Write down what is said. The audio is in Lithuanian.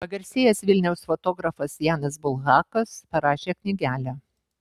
pagarsėjęs vilniaus fotografas janas bulhakas parašė knygelę